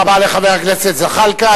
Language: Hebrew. תודה רבה לחבר הכנסת זחאלקה.